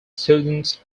students